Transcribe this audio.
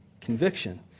conviction